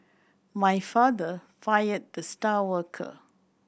my father fired the star worker